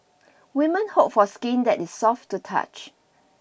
women hope for skin that is soft to touch